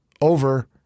over